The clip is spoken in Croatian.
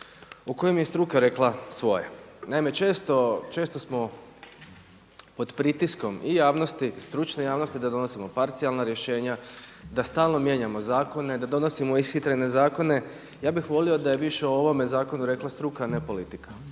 o kojem je i struka rekla svoje. Naime, često smo pod pritiskom i javnosti i stručne javnosti da donosimo parcijalna rješenja, da stalno mijenjamo zakone, da donosimo ishitrene zakone. Ja bih volio da je više o ovom zakonu rekla struka, a ne politika.